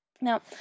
Now